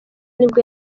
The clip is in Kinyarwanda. nibwo